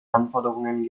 anforderungen